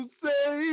say